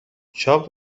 چاپ